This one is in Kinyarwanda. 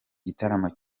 gitaramo